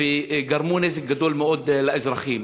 וגרמו נזק גדול מאוד לאזרחים.